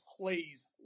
plays